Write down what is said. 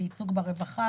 בייצוג ברווחה,